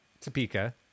Topeka